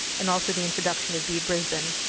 and also the introduction of b brisbane